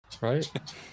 Right